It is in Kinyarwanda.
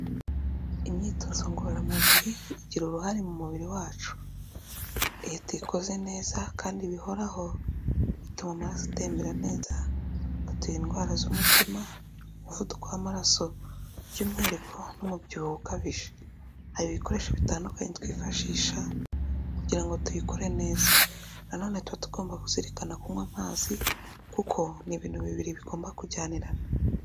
Imyitozo ngororamubiri igira uruhare mu mubiri wacu, iyo tuyikoze neza kandi bihoraho, bituma amaraso atembera neza, biturinda indwara z'umutima, umuvuduko w'amaraso by'umwihariko n'umubyibuho ukabije. Hari ibikoresho bitandukanye twifashisha, kugira ngo tuyikore neza, na none tuba tugomba kuzirikana kunywa amazi, kuko ni ibintu bibiri bigomba kujyanirana.